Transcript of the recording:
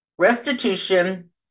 Restitution